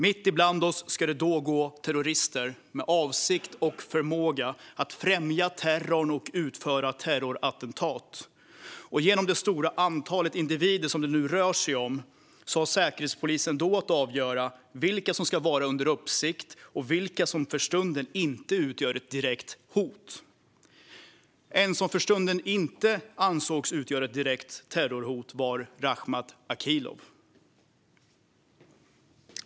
Mitt ibland oss ska det då gå terrorister med avsikt och förmåga att främja terrorn och utföra terrorattentat. Genom det stora antal individer det nu rör sig om har Säkerhetspolisen då att avgöra vilka som ska vara under uppsikt och vilka som för stunden inte utgör ett direkt hot. En som för stunden inte ansågs utgöra ett direkt terrorhot var Rakhmat Akilov.